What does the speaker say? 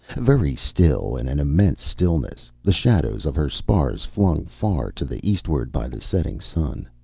very still in an immense stillness, the shadows of her spars flung far to the eastward by the setting sun.